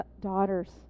daughters